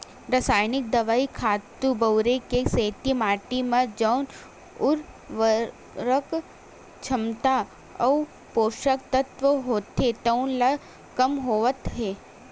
रसइनिक दवई, खातू बउरई के सेती माटी म जउन उरवरक छमता अउ पोसक तत्व होथे तउन ह कम होवत हे